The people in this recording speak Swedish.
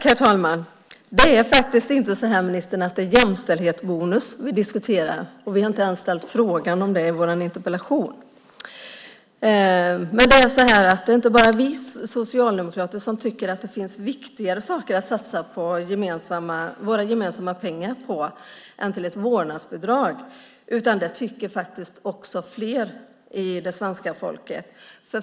Herr talman! Det är inte så, ministern, att vi diskuterar jämställdhetsbonus. Vi har inte ens ställt frågan om det i våra interpellationer. Det är inte bara vi socialdemokrater som tycker att det finns viktigare saker att satsa våra gemensamma pengar på än ett vårdnadsbidrag, utan det tycker fler bland svenska folket.